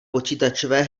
počítačové